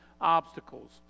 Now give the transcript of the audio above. Obstacles